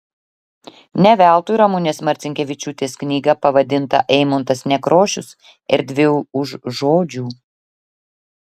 ne veltui ramunės marcinkevičiūtės knyga pavadinta eimuntas nekrošius erdvė už žodžių